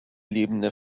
lebende